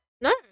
No